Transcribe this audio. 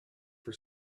for